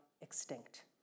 extinct